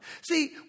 See